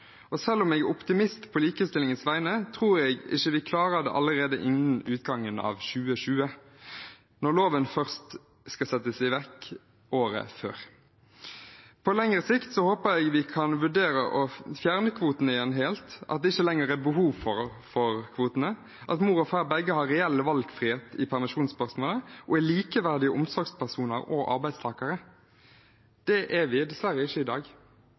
Og selv om jeg er optimist på likestillingens vegne, tror jeg ikke vi klarer det allerede innen utgangen av 2020, når loven først skal settes i verk året før. På lengre sikt håper jeg vi kan vurdere å fjerne kvotene helt igjen, at det ikke lenger er behov for dem, at mor og far begge har reell valgfrihet i permisjonsspørsmålet og er likeverdige omsorgspersoner og arbeidstakere. Der er vi dessverre ikke i dag.